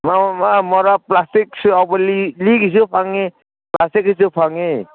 ꯃꯣꯔꯥ ꯄ꯭ꯂꯥꯁꯇꯤꯛꯁꯨ ꯌꯥꯎꯕ ꯂꯤ ꯂꯤꯒꯤꯁꯨ ꯐꯪꯏ ꯄ꯭ꯂꯥꯁꯇꯤꯛꯀꯤꯁꯨ ꯐꯪꯏ